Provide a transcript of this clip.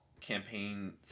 campaign